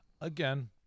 Again